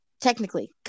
Technically